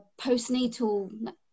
postnatal